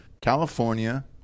California